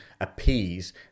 appease